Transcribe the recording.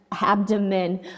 abdomen